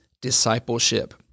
discipleship